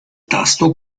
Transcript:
tasto